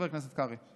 חבר הכנסת קרעי?